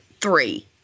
three